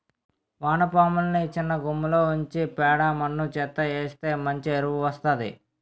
వానపాములని సిన్నగుమ్మిలో ఉంచి పేడ మన్ను చెత్తా వేస్తె మంచి ఎరువు వస్తాది